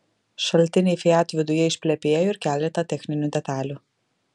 šaltiniai fiat viduje išplepėjo ir keletą techninių detalių